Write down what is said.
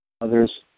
Others